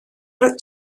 roedd